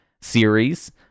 series